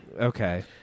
Okay